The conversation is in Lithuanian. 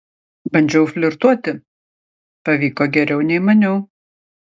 bandžiau flirtuoti pavyko geriau nei maniau